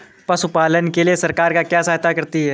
पशु पालन के लिए सरकार क्या सहायता करती है?